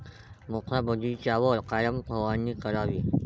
मोठ्या बगीचावर कायन फवारनी करावी?